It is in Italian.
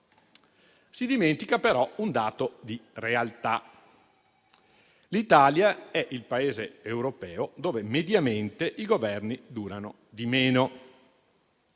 Si dimentica però un dato di realtà. L'Italia è il Paese europeo in cui mediamente i Governi durano di meno.